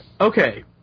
Okay